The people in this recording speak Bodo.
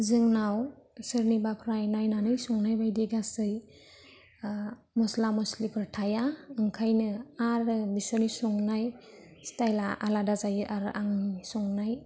जोंनाव सोरनिबाफ्राय नायनानै संनाय बायदि गासै मस्ला मस्लिफोर थाया ओंखायनो आरो बिसोरनि संनाय स्टाइला आलादा जायो आरो आंनि संनाय